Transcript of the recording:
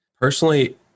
Personally